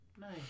Nice